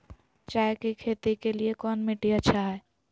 चाय की खेती के लिए कौन मिट्टी अच्छा हाय?